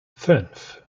fünf